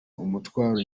umutwaro